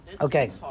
Okay